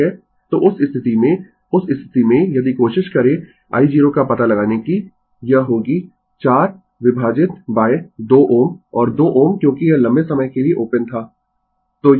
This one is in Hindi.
तो उस स्थिति में उस स्थिति में यदि कोशिश करें i0 का पता लगाने की यह होगी 4 विभाजित 2 Ω और 2 Ω क्योंकि यह लंबे समय के लिए ओपन था